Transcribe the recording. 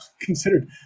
considered